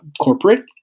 corporate